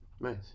Nice